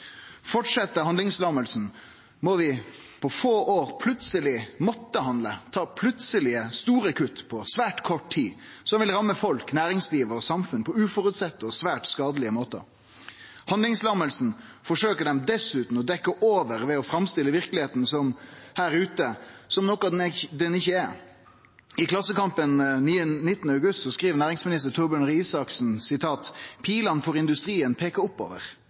Fortset handlingslamminga, må vi på få år plutseleg måtte handle og ta plutselege, store kutt på svært kort tid, som vil ramme folk, næringsliv og samfunn på uføreseielege og svært skadelege måtar. Handlingslamminga forsøkjer dei dessutan å dekkje over med å framstille verkelegheita «der ute» som noko ho ikkje er. I Klassekampen 19. august skriv næringsminister Torbjørn Røe Isaksen: pilene for norsk industri peker oppover.